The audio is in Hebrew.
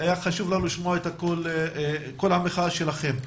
היה חשוב לנו לשמוע את קול המחאה שלכם.